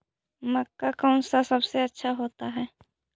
मक्का कौन सा सबसे अच्छा होता है?